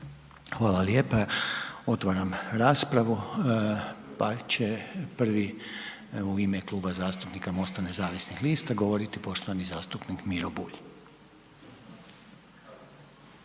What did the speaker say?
Hvala lijepa. Otvaram raspravu pa će prvi u ime Kluba zastupnika MOST-a nezavisnih lista govoriti poštovani zastupnik Miro Bulj.